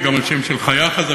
ורבים מקבלים מעט.